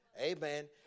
amen